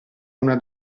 una